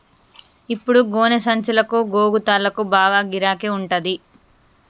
ఇప్పుడు గోనె సంచులకు, గోగు తాళ్లకు బాగా గిరాకి ఉంటంది